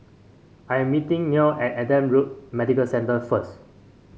I am meeting Neal at Adam Road Medical Centre first